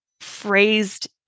phrased